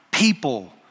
people